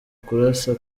kurasa